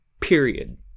period